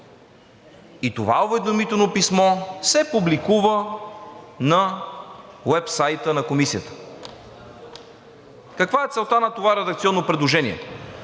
и това уведомително писмо се публикува на уебсайта на Комисията.“ Каква е целта на това редакционно предложение?